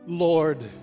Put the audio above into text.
Lord